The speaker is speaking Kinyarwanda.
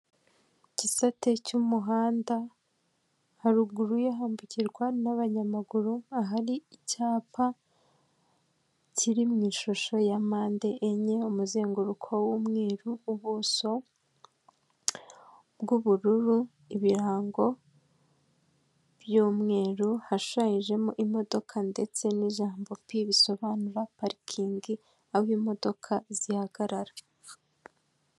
Igisate cy'umuhanda haruguru ye hambukirwa n'abanyamaguru ahari icyapa kiri mu ishusho ya mande enye umuzenguruko w'umweru, ubuso bw'ubururu ibirango by'umweru, hashayijemo imodoka ndetse n'ijambo p bisobanura parikingi aho imodoka zihagarara.